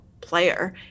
player